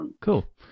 Cool